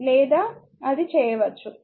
లేదా అది చేయవచ్చు ఎందుకంటే i Gv